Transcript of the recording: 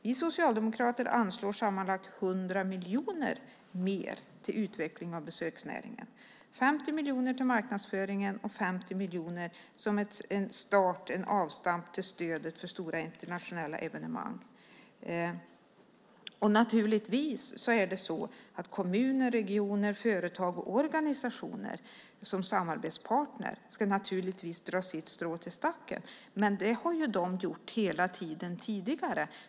Vi socialdemokrater anslår sammanlagt 100 miljoner mer till utvecklingen av besöksnäringen - 50 miljoner till marknadsföringen och 50 miljoner som ett avstamp för stora internationella evenemang. Naturligtvis ska kommuner, regioner, företag och organisationer som samarbetspartner dra sitt strå till stacken. Men det har de gjort hela tiden tidigare.